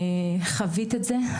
חווית את זה.